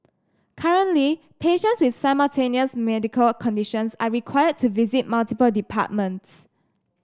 currently patients with simultaneous medical conditions are required to visit multiple departments